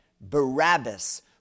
Barabbas